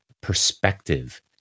perspective